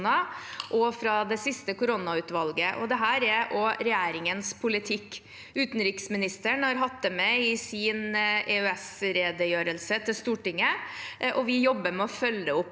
og fra det siste koronautvalget. Det er òg regjeringens politikk. Utenriksministeren har hatt det med i sin EØS-redegjørelse til Stortinget, og vi jobber med å følge det